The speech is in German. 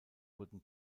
wurden